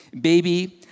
Baby